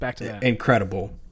incredible